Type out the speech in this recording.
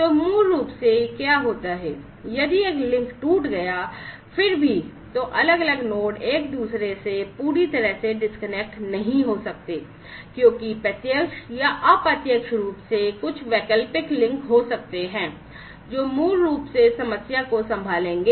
तो मूल रूप से क्या होता है यदि एक लिंक टूट गया है फिर भी तो अलग अलग नोड एक दूसरे से पूरी तरह से डिस्कनेक्ट नहीं हो सकते हैं क्योंकि प्रत्यक्ष या अप्रत्यक्ष रूप से कुछ वैकल्पिक लिंक हो सकते हैं जो मूल रूप से समस्या को संभालेंगे